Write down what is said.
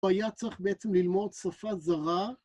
הוא היה צריך בעצם ללמוד שפה זרה.